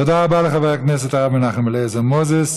תודה רבה לחבר הכנסת הרב מנחם אליעזר מוזס.